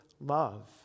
love